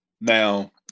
Now